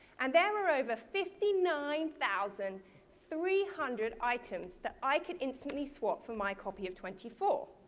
and there were over fifty nine thousand three hundred items that i could instantly swap for my copy of twenty four.